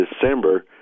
December